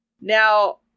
Now